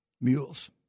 mules